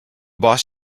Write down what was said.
boss